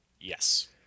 yes